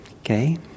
okay